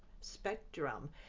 spectrum